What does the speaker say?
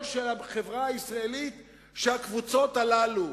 של החברה הישראלית הוא שהקבוצות הללו